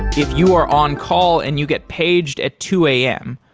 if you are on call and you get paged at two a m,